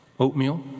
Oatmeal